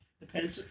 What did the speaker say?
Depends